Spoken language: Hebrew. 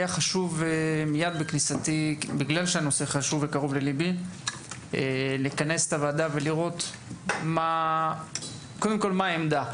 היה לי חשוב מיד בכניסתי לכנס את הוועדה ולראות קודם כל מהי העמדה